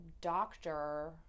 doctor